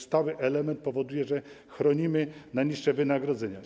Stały element powoduje, że chronimy najniższe wynagrodzenia.